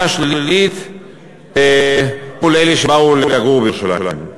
שלילית מול אלה שבאו לגור בירושלים.